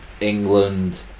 England